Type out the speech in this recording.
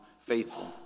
faithful